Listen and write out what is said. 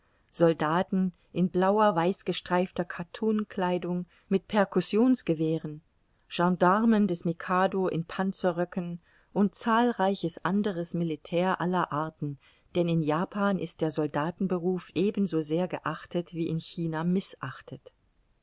soldaten in blauer weißgestreifter kattunkleidung mit percussionsgewehren gensdarmen des mikado in panzerröcken und zahlreiches anderes militär aller arten denn in japan ist der soldatenberuf ebensosehr geachtet wie in china mißachtet